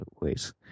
ways